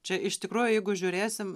čia iš tikrųjų jeigu žiūrėsim